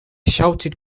shouted